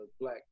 black